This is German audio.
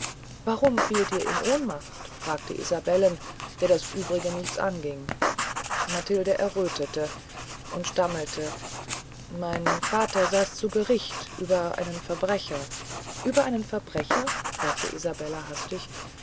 warum fielen sie in ohnmacht fragte isabelle der das übrige nichts anging matilde erröthete und stammelte mein vater saß zu gericht über einen verbrecher ueber welchen verbrecher fragte isabelle hastig